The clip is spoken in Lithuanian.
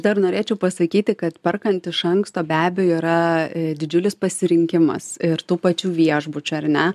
dar norėčiau pasakyti kad perkant iš anksto be abejo yra didžiulis pasirinkimas ir tų pačių viešbučių ar ne